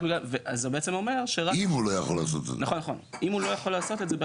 אם הוא לא יכול לעשות את זה.